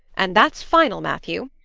and that's final, matthew.